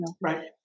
Right